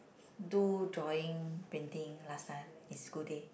do drawing painting last time in school day